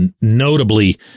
notably